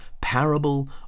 parable